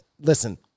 listen